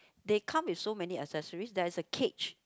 they come with so many accessories there is a catch